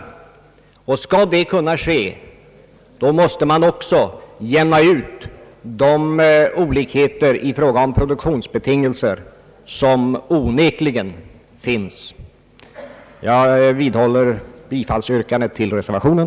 Herr Mossberger var en av dem som stod bakom detta beslut. Skall detta kunna ske mås te man också jämna ut de olikheter i fråga om produktionsbetingelser som onekligen finns. Jag vidhåller yrkandet om bifall till reservationen.